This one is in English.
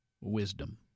wisdom